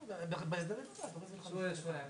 לא שרק יבוא אדון ביטון.